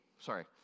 sorry